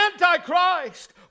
Antichrist